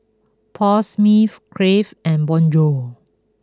Paul Smith Crave and Bonjour